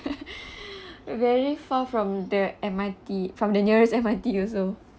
very far from the M_R_T from the nearest M_R_T also